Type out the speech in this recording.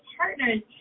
partners